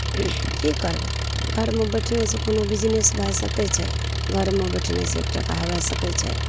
कि करबै घरमे बैठनेसे कोनो बिजनेस भए सकै छै घरमे बैठनेसे एक टका होबै सकै छै